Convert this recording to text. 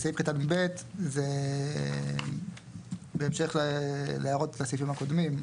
בסעיף קטן (ב) זה בהמשך להערות בסעיפים הקודמים.